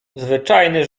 zwyczajny